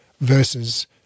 versus